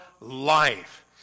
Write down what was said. life